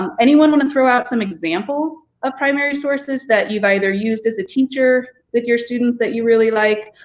um anyone want to throw out some examples of primary sources that you've either used as a teacher with your students that you really like,